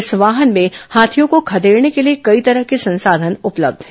इस वाहन में हाथियों को खदेड़ने के लिए कई तरह के संसाधन उपलब्ध हैं